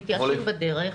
מתייאשים בדרך,